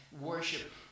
Worship